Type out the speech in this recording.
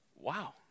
wow